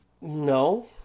No